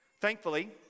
thankfully